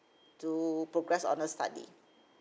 to progress on her study